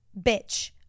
bitch